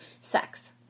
sex